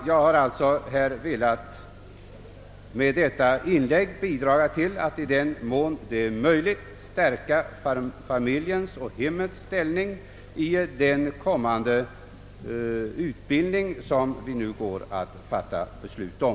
Jag har med detta inlägg velat bidra till att all uppmärksamhet riktas på åtgärder, som är ägnade att stärka familjens och hemmens ställning genom den framtida vuxenutbildning vi nu går att fatta beslut om.